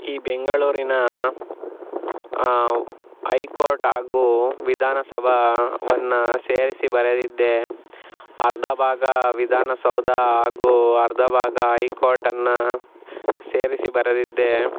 ಈ ಬೆಂಗಳೂರಿನ high court ಹಾಗೂ ವಿಧಾನಸಭೆಯನ್ನು ಸೇರಿಸಿ ಬರೆದಿದ್ದೆ ಅರ್ಧ ಭಾಗ ವಿಧಾನಸೌಧ ಹಾಗೂ ಅರ್ಧ ಭಾಗ ಐ ಕೋರ್ಟನ್ನ ಸೇರಿಸಿ ಬರೆದಿದ್ದೆ